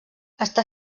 està